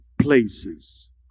places